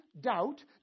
doubt